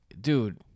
dude